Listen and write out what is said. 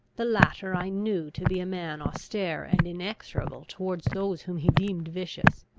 the latter i knew to be a man austere and inexorable towards those whom he deemed vicious.